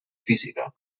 física